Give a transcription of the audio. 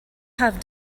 have